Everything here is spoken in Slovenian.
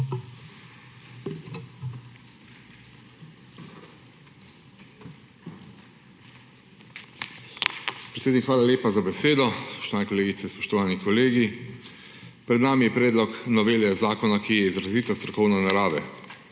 hvala lepa za besedo. Spoštovane kolegice, spoštovani kolegi! Pred nami je predlog novele zakona, ki je izrazito strokovne narave.